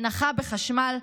הנחה בחשמל,